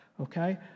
Okay